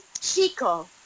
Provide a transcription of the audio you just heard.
Chico